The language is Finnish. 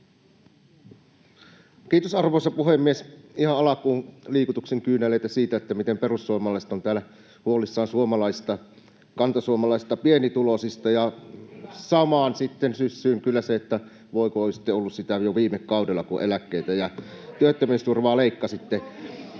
Kiitos, arvoisa puhemies! Ihan alkuun liikutuksen kyyneleitä siitä, miten perussuomalaiset ovat täällä huolissaan kantasuomalaisista pienituloisista, ja sitten samaan syssyyn kyllä se, että voi kun olisitte olleet sitä jo viime kaudella, kun eläkkeitä ja työttömyysturvaa leikkasitte.